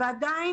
עדיין,